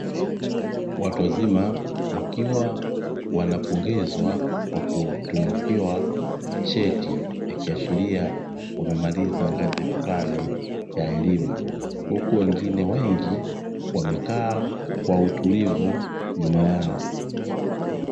Watu wazima wakiwa wanapongezwa kwa kutunukiwa cheti, ikiashiria wamemaliza ngazi fulani ya elimu, huku wengine wengi wamekaa kwa utulivu nyuma yao.